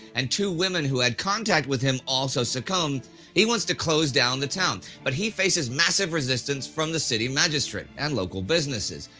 and two women who had contact with him also succumb he wants to close down the town. but he faces massive resistance from the city magistrate, magistrate, and local businesses.